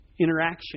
interaction